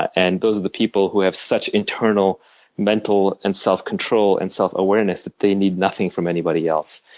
and those are the people who have such internal mental and self control and self awareness that they need nothing from anybody else.